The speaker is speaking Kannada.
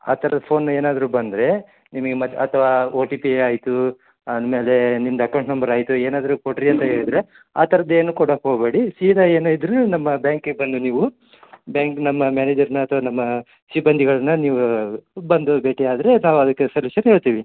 ಆ ಥರ ಫೋನು ಏನಾದರೆ ಬಂದರೆ ನಿಮಿಗೆ ಮತ್ತೆ ಅಥವಾ ಓ ಟಿ ಪಿ ಆಯಿತು ಆಮೇಲೆ ನಿಮ್ದು ಎಕೌಂಟ್ ನಂಬರ್ ಆಯಿತು ಏನಾದರು ಕೊಡಿರಿ ಅಂತ ಹೇಳಿದ್ರೆ ಆ ಥರದ್ದು ಏನು ಕೊಡಕೆ ಹೋಬೇಡಿ ಸೀದ ಏನು ಇದ್ರು ನಮ್ಮ ಬ್ಯಾಂಕಿಗೆ ಬಂದು ನೀವು ಬ್ಯಾಂಕ್ ನಮ್ಮ ಮ್ಯಾನೇಜರನ್ನ ಅಥವಾ ನಮ್ಮ ಸಿಬ್ಬಂದಿಗಳನ್ನ ನೀವು ಬಂದು ಭೇಟಿಯಾದರೆ ನಾವು ಅದಕ್ಕೆ ಸಲ್ಯೂಷನ್ ಹೇಳ್ತೀವಿ